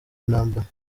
intambara